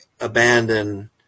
abandon